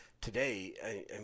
today